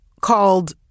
called